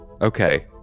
okay